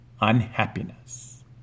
unhappiness